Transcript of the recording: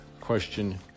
question